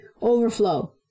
overflow